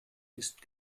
ist